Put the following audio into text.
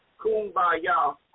Kumbaya